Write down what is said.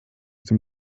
dem